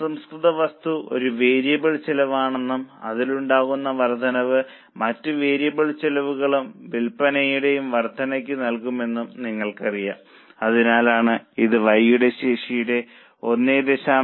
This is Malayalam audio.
അസംസ്കൃത വസ്തു ഒരു വേരിയബിൾ ചെലവ് ആണെന്നും അതിൽ ഉണ്ടാകുന്ന വർദ്ധനവ് മറ്റു വേരിയബിൾ ചെലവുകളിലും വിൽപ്പനയിലും വർദ്ധനവ് നൽകുമെന്നും നിങ്ങൾക്കറിയാം അതിനാലാണ് ഇത് Y യുടെ ശേഷിയുടെ 1